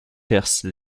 percent